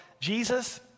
Jesus